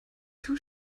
too